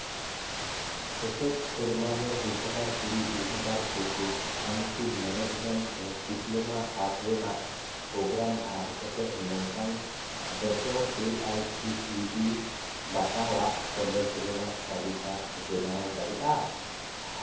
ᱥᱮᱪᱮᱫ ᱥᱮᱨᱢᱟᱨᱮ ᱫᱩᱦᱟᱡᱟᱨ ᱠᱩᱲᱤ ᱫᱩ ᱦᱟᱡᱟᱨ ᱮᱠᱩᱥ ᱟᱢᱠᱤ ᱢᱮᱱᱮᱡᱢᱮᱱᱴ ᱨᱮ ᱰᱤᱯᱞᱳᱢᱟ ᱫᱷᱟᱯ ᱨᱮᱱᱟᱜ ᱯᱨᱳᱜᱽᱜᱨᱟᱢ ᱫᱷᱟᱨ ᱠᱟᱛᱮᱫ ᱱᱚᱝᱠᱟᱱ ᱡᱷᱚᱛᱚ ᱮ ᱟᱭ ᱥᱤᱴᱤ ᱤ ᱵᱟᱛᱟᱣᱟᱜ ᱠᱚᱞᱮᱡᱽ ᱨᱮᱱᱟᱜ ᱛᱟᱹᱞᱤᱠᱟ ᱵᱮᱱᱟᱣ ᱫᱟᱲᱮᱭᱟᱜᱼᱟ